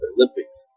Olympics